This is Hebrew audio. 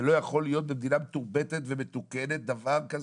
זה לא יכול להיות במדינה מתורבתת ומתוקנת דבר כזה.